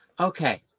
Okay